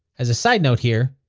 as a side note here,